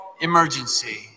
emergency